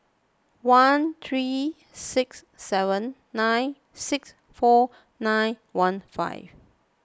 one three six seven nine six four nine one five